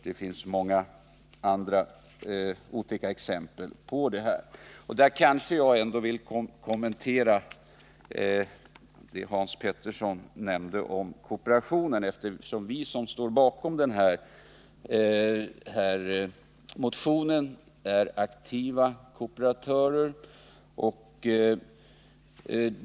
Det finns många andra otäcka exempel på detta. Här vill jag något kommentera vad Hans Petersson i Hallstahammar sade om kooperationen. Vi som står bakom den motion jag nämnde är aktiva kooperatörer.